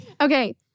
Okay